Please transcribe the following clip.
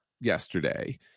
yesterday